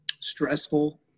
stressful